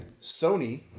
Sony